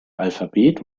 alphabet